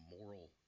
moral